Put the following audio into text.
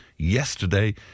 yesterday